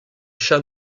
chat